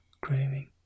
craving